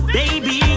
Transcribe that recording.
baby